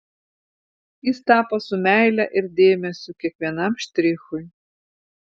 jis tapo su meile ir dėmesiu kiekvienam štrichui